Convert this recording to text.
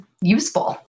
useful